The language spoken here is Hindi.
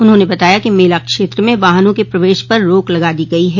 उन्होंने बताया कि मेला क्षेत्र में वाहनों के प्रवेश पर रोक लगा दी गई है